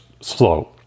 slow